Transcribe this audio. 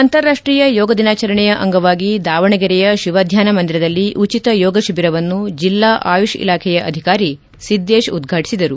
ಅಂತರಾಷ್ಷೀಯ ಯೋಗ ದಿನಾಚರಣೆಯ ಅಂಗವಾಗಿ ದಾವಣಗೆರೆಯ ಶಿವಧ್ಯಾನ ಮಂದಿರದಲ್ಲಿ ಉಚಿತ ಯೋಗ ಶಿಬಿರ ವನ್ನು ಜಿಲ್ಲಾ ಆಯುಷ್ ಇಲಾಖೆಯ ಅಧಿಕಾರಿ ಸಿದ್ಗೇಶ್ ಉದ್ಗಾಟಿಸಿದರು